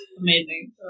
amazing